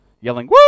yelling